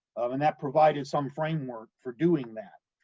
and that provided some framework for doing that.